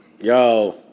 Yo